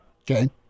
Okay